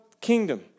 kingdom